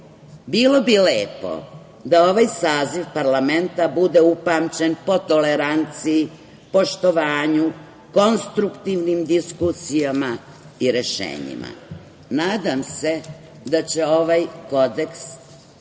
bi lepo da ovaj saziv parlamenta bude upamćen po toleranciji, poštovanju, konstruktivnim diskusijama i rešenjima. Nadam se da će ovaj kodeks